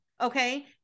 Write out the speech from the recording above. Okay